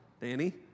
Danny